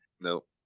Nope